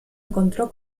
encontró